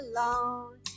alone